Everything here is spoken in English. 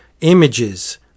images